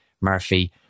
Murphy